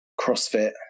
CrossFit